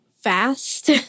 fast